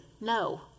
No